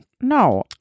No